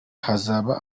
hazaba